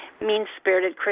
mean-spirited